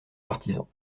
partisans